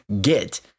get